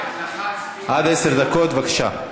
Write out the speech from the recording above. ------ לחצתי --- עד עשר דקות, בבקשה.